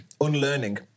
unlearning